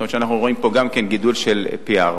זאת אומרת, אנחנו רואים פה גידול של פי-ארבעה.